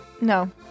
No